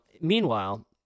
meanwhile